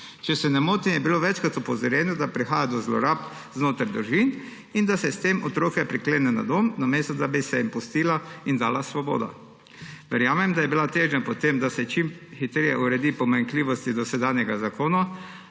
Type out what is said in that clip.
Če se ne motim, je bilo večkrat opozorjeno, da prihaja do zlorab znotraj družin in da se s tem otroke priklene na dom, namesto da bi se jim pustila in dala svoboda. Verjamem, da je bila težnja po tem, da se čim hitreje uredi pomanjkljivosti dosedanjega zakona,